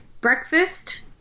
Breakfast